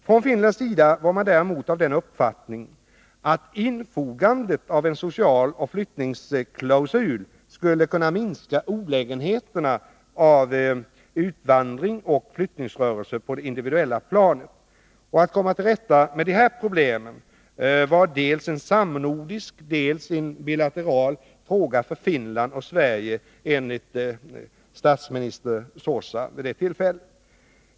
Från finländsk sida var man däremot av den uppfattningen att infogandet av en socialoch flyttningssäkerhetsklausul skulle kunna minska olägenheterna av utvandring och flyttningsrörelser på det individuella planet. Att komma till rätta med detta problem var dels en samnordisk, dels en bilateral fråga för Finland och Sverige, enligt statsminister Sorsa.